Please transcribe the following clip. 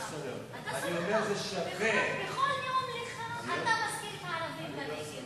חביבים עלי.